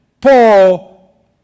Paul